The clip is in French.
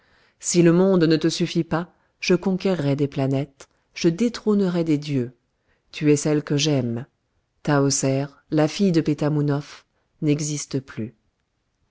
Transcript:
si le monde ne te suffit pas je conquerrai des planètes je détrônerai des dieux tu es celle que j'aime tahoser la fille de pétamounoph n'existe plus